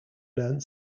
learnt